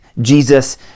jesus